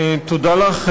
תודה לך,